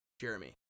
Jeremy